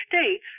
states